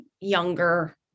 younger